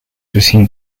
between